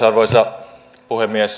arvoisa puhemies